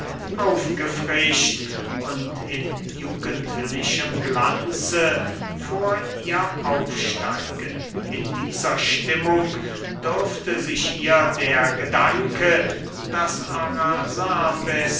aufgefrischt und in jugendlichem glanze vor ihr aufsteigen in dieser stimmung dürfte sich ihr der gedanke daß